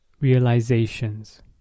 realizations